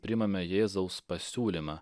priimame jėzaus pasiūlymą